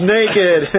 naked